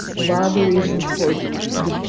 a lot of the reasons for the